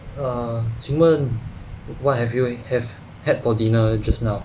err 请问 what have you have had for dinner just now